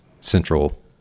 central